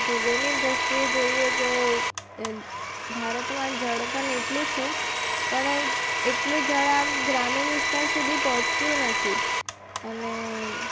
ભૂગોળની દૃષ્ટીએ જોઈએ તો ભારતમાં જળ પણ એટલું છે પણ એટલું જળ આમ ગ્રામીણ વિસ્તાર સુધી પહોંચતું નથી અને